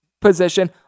position